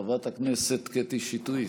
חברת הכנסת קטי שטרית,